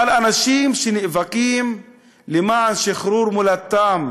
אבל אנשים שנאבקים למען שחרור מולדתם,